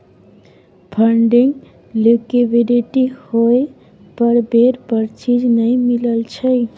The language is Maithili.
फंडिंग लिक्विडिटी होइ पर बेर पर चीज नइ मिलइ छइ